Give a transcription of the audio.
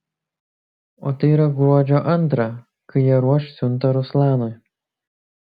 o tai yra gruodžio antrą kai jie ruoš siuntą ruslanui